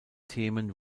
themen